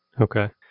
Okay